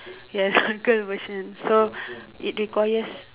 yes girl version so it requires